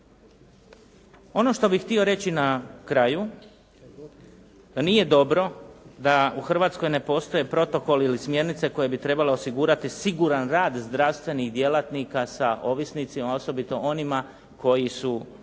Ono što bih htio reći na kraju, da nije dobro da u Hrvatskoj ne postoji protokol ili smjernice koje bi trebale osigurati siguran rad zdravstvenih djelatnika sa ovisnicima, osobito onima koji su